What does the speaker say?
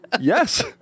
Yes